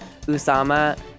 Usama